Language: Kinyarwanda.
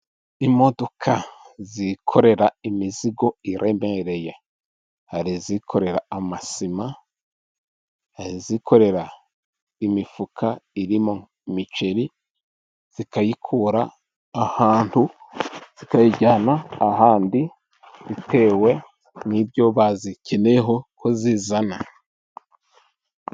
Imodoka zikorera imizigo iremereye, hari izikorera amasima, hari izikorera imifuka irimo imiceri, bakayikura ahantu bakayijyana ahandi bitewe n'ibyo bazikeneyeho ko zizana.